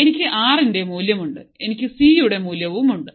എനിക്ക് R ന്റെ മൂല്യമുണ്ട് എനിക്ക് സി യുടെ മൂല്യമുണ്ട്